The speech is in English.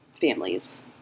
families